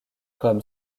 comme